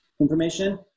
information